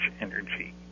energy